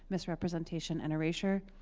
misrepresentation, and reassure.